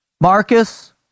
Marcus